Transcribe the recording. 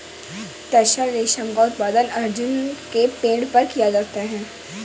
तसर रेशम का उत्पादन अर्जुन के पेड़ पर किया जाता है